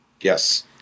Yes